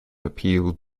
appealed